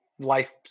life